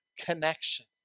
connection